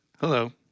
Hello